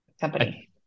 company